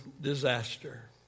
disaster